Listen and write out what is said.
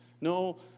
No